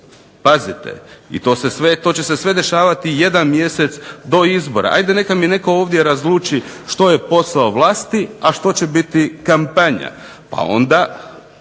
Pazite, i to će se sve dešavati 1 mjesec do izbora. Evo, neka mi netko ovdje razluči što je posao vlasti, a što će biti kampanja, pa onda